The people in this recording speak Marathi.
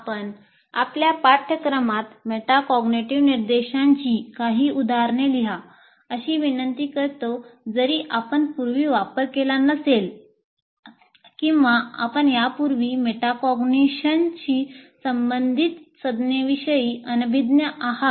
आपण आपल्या पाठ्यक्रमात मेटाकॉग्निटिव्ह निर्देशांची काही उदाहरणे लिहा अशी विनंती करतो जरी आपण पूर्वी वापर केला नसेल किंवा आपण यापूर्वी मेटाकॉग्निशनशी संबंधित संज्ञेविषयी अनभिज्ञ आहात